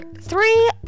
Three